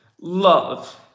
love